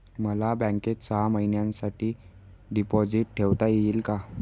मला बँकेत सहा महिन्यांसाठी डिपॉझिट ठेवता येईल का?